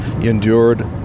endured